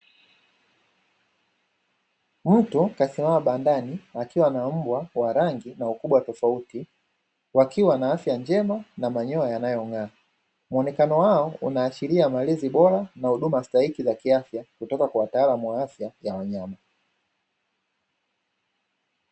Mtu kasimama bandani akiwa na mbwa wa rangi na ukubwa tofauti wakiwa na afya njema na manyoya yanayong'aa, muonekano wao unaashiria malezi bora na huduma stahiki za kiafya kutoka kwa wataalamu wa afya ya wanyama.